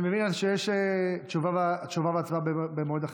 אני מבין שיש תשובה והצבעה במועד אחר.